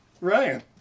Ryan